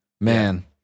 Man